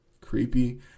Creepy